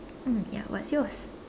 mm ya what's yours